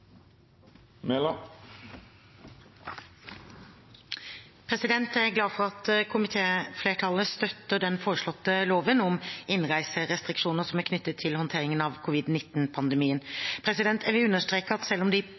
Jeg er glad for at komitéflertallet støtter den foreslåtte loven om innreiserestriksjoner som er knyttet til håndteringen av covid-19-pandemien. Jeg vil understreke at selv om